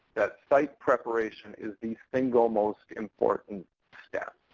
that site preparation is the single most important step.